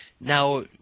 Now